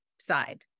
side